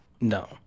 no